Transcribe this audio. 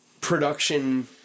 production